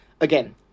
again